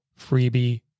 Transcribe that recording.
freebie